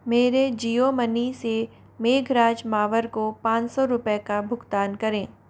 मेरे जियो मनी से मेघराज मावर को पाँच सौ रुपये का भुगतान करें